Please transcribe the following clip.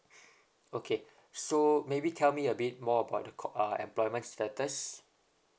okay so maybe tell me a bit more about the call~ uh employment status